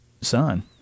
son